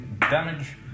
damage